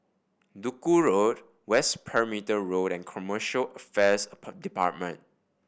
Duku Road West Perimeter Road and Commercial Affairs Department